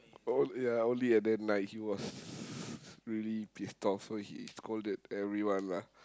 o~ ya only at that night he was s~ really pissed off so he scolded everyone lah